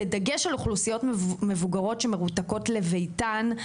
בדגש על אוכלוסיות מבוגרות שמרותקות לביתן,